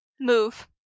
Move